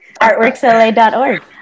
artworksla.org